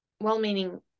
well-meaning